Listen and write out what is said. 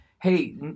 Hey